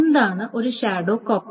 എന്താണ് ഒരു shadow copy